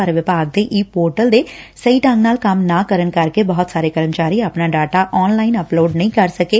ਪਰ ਵਿਭਾਗ ਦੇ ਈ ਪੋਰਟਲ ਦੇ ਸਹੀ ਢੰਗ ਨਾਲ ਕੰਮ ਨਾ ਕਰਨ ਕਰਕੇ ਬਹੁਤ ਸਾਰੇ ਕਰਮਚਾਰੀ ਆਪਣਾ ਡਾਟਾ ਆਨ ਲਾਈਨ ਅਪਲੋਡ ਨਹੀ ਕਰ ਸਕੇ